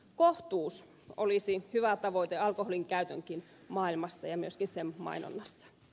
kohtuus olisi hyvä tavoite alkoholin käytönkin maailmassa ja myöskin sen mainonnassa